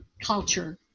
culture